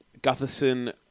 Gutherson